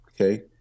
Okay